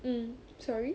mm sorry